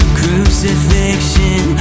crucifixion